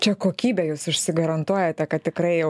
čia kokybę jūs užsigarantuojate kad tikrai jau